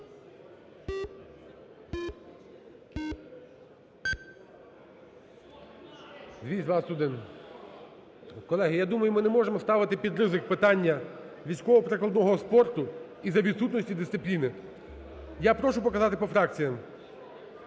За-221 Колеги, я думаю, ми не можемо ставити під ризик питання військово-прикладного спорту із-за відсутності дисципліни. Я прошу показати по фракціям.